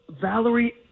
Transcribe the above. Valerie